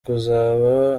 kuzaba